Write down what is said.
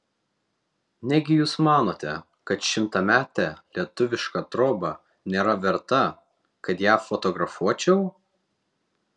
negi jūs manote kad šimtametė lietuviška troba nėra verta kad ją fotografuočiau